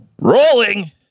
Rolling